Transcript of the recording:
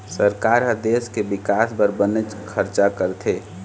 सरकार ह देश के बिकास बर बनेच खरचा करथे